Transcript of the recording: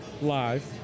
live